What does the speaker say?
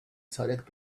zodiac